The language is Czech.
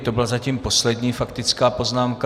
To byla zatím poslední faktická poznámka.